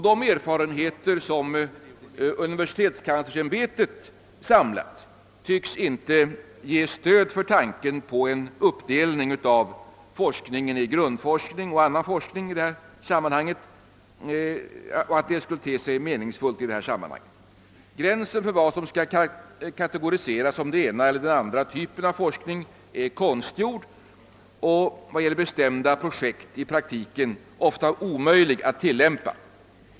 De erfarenheter som universitetskanslersämbetet samlat tycks inte ge stöd för tanken, att en uppdelning av forskningen i grundforskning och annan forskning i detta sammanhang skulle te sig meningsfull. Gränsen mellan den ena och den andra typen av forskning är konstgjord och när det gäller bestämda projekt i praktiken ofta omöjlig att följa.